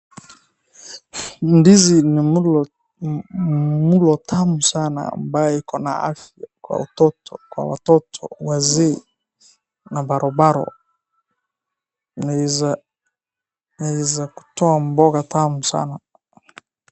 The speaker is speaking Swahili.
Ndizi ni mlo tamu sana ambaye iko na afya kwa watoto, wazee na baro baro inaweza kutoa mboga tamu sana.